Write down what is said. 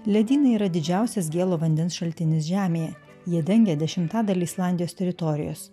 ledynai yra didžiausias gėlo vandens šaltinis žemėje jie dengė dešimtadalį islandijos teritorijos